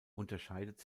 unterscheidet